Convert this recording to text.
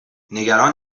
نگران